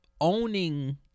owning